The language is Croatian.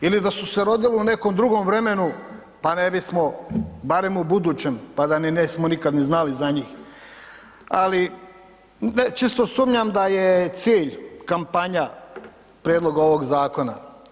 Ili da su se rodili u nekom drugom vremenu pa ne bismo barem u budućem pa da nismo nikad ni znali za njih ali čisto sumnjam da je cilj kampanja prijedloga ovoga zakona.